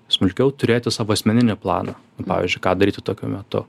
smulkiau turėti savo asmeninį planą pavyzdžiui ką daryti tokiu metu